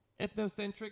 ethnocentric